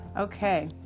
Okay